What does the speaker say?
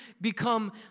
become